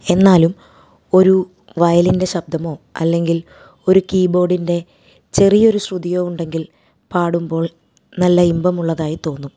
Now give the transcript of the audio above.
എന്നാലും ഒരു വയലിൻ്റെ ശബ്ദമോ അല്ലെങ്കിൽ ഒരു കീബോർഡിൻ്റെ ചെറിയൊരു ശ്രുതിയോ ഉണ്ടെങ്കിൽ പാടുമ്പോൾ നല്ല ഇമ്പമുള്ളതായി തോന്നും